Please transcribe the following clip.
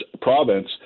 province